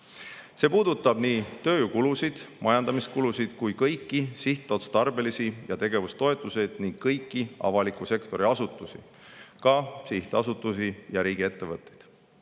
See puudutab nii tööjõukulusid, majandamiskulusid kui ka kõiki sihtotstarbelisi ja tegevustoetusi ning kõiki avaliku sektori asutusi, ka sihtasutusi ja riigiettevõtteid.